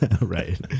Right